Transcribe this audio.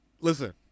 Listen